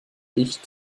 riecht